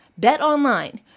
BetOnline